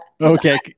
Okay